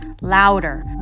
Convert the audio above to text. louder